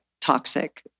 toxic